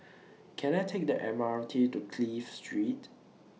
Can I Take The M R T to Clive Street